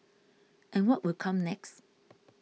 and what will come next